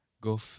go